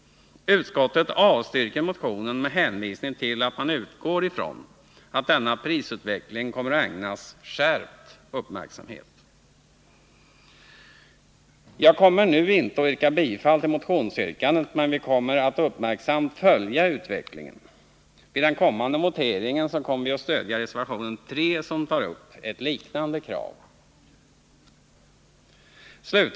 Utskottet avstyrker motionen med hänvisning till att man utgår från att denna prisutveckling kommer att ägnas skärpt uppmärksamhet. Jag kommer nu inte att hemställa om bifall till motionsyrkandet, men vi kommer uppmärksamt att följa utvecklingen. Vid den kommande voteringen kommer vi att stödja reservationen 3, som tar upp ett liknande krav.